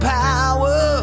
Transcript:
power